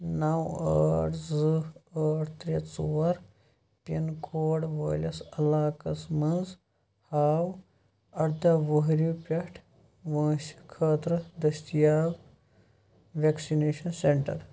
نو ٲٹھ زٕ ٲٹھ ترٛےٚ ژور پِن کوڈ وٲلِس علاقس مَنٛز ہاو اَرداہ وُہرِ پٮ۪ٹھ وٲنٛسہِ خٲطرٕ دٔستِیاب ویکسِنیشن سینٹر